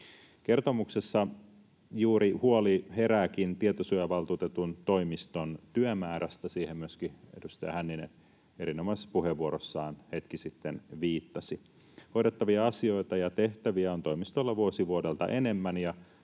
Kertomuksessa huoli herääkin juuri tietosuojavaltuutetun toimiston työmäärästä — siihen myöskin edustaja Hänninen erinomaisessa puheenvuorossaan hetki sitten viittasi. Hoidettavia asioita ja tehtäviä on toimistolla vuosi vuodelta enemmän, ja